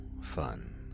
fun